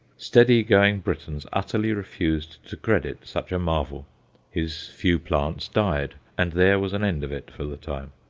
steady-going britons utterly refused to credit such a marvel his few plants died, and there was an end of it for the time.